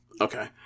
Okay